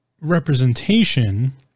representation